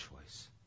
choice